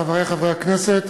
חברי חברי הכנסת,